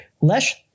less